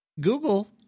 Google